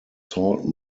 salt